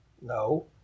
No